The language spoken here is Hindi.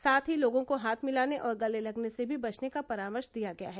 साथ ही लोगों को हाथ मिलाने और गले लगने से भी बचने का परामर्श दिया गया है